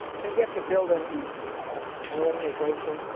i think you have to build an an organization,